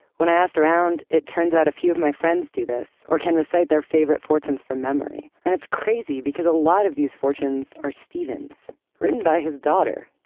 when i asked around, it turns out a few of my friends do this or can recite their favorite fortunes from memory. memory. and it's crazy because a lot of these fortunes are steven's, written by his daughter,